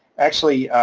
actually,